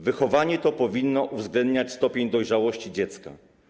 Wychowanie to powinno uwzględniać stopień dojrzałości dziecka.